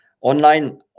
online